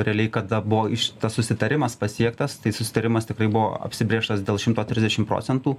realiai kada buvo iš tas susitarimas pasiektas tai susitarimas tikrai buvo apsibrėžtas dėl šimto trisdešimt procentų